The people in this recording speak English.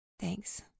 Thanks